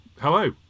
Hello